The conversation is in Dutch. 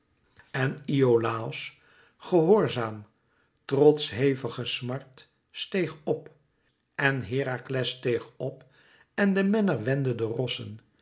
en iolàos gehoorzaam trots hevige smart steeg op en herakles steeg op en de menner wendde de rossen